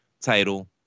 title